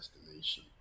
destination